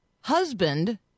husband